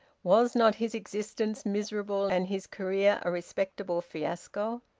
was not his existence miserable and his career a respectable fiasco?